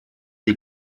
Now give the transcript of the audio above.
des